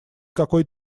какой